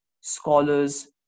scholars